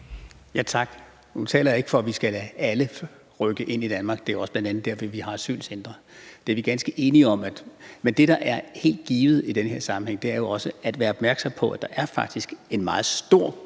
Tak. Nu taler jeg ikke for, at vi skal lade alle rykke ind i Danmark. Det er jo bl.a. også derfor, at vi har asylcentre. Det er vi ganske enige om. Men det, der er helt givet i den her sammenhæng, er jo også at være opmærksom på, at der faktisk er en meget stor